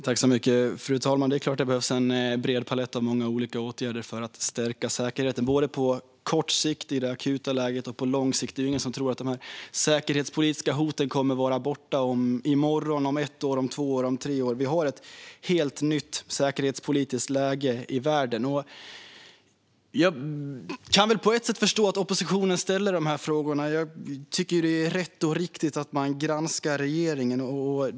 Fru talman! Det är klart att det behövs en bred palett av många olika åtgärder för att stärka säkerheten både på kort sikt i det akuta läget och på lång sikt. Det är ju ingen som tror att de säkerhetspolitiska hoten kommer att vara borta i morgon, om ett år, om två år eller om tre år. Vi har ett helt nytt säkerhetspolitiskt läge i världen. Jag kan på ett sätt förstå att oppositionen ställer de här frågorna. Jag tycker att det är rätt och riktigt att man granskar regeringen.